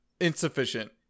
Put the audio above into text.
insufficient